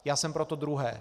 Já jsem pro to druhé.